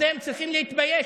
אתם צריכים להתבייש.